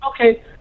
Okay